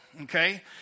okay